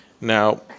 Now